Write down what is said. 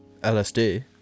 LSD